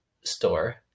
store